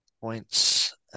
points